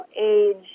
age